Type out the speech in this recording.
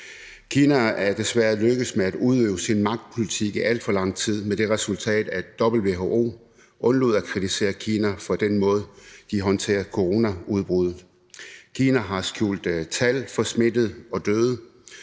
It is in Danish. Kina er desværre lykkedes med at udøve sin magtpolitik i alt for lang tid med det resultat, at WHO undlod at kritisere Kina for den måde, de håndterede coronaudbruddet på. Kina har skjult tal for smittede og døde,